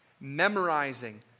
memorizing